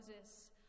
Moses